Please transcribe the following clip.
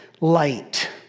light